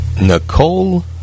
Nicole